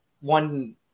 one